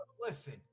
listen